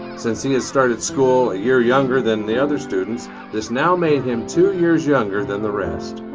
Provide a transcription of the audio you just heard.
since he had started school a year younger than the other students this now made him two years younger than the rest.